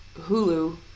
Hulu